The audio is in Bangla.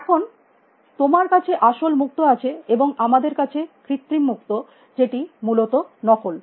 এখন তোমার কাছে আসল মুক্ত আছে এবং আমাদের কাছে কৃত্রিম মুক্ত যেটি মূলত নকল